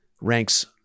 ranks